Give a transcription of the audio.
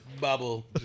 bubble